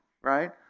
right